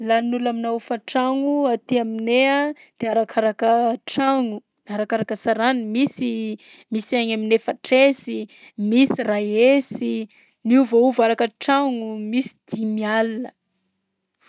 Lanin'olona aminà hofan-tragno aty aminay a de arakaraka tragno, arakaraka hasarany, misy misy agny amin'ny efatra hesy, misy ray hesy, miovaova araka tragno, misy dimy alina.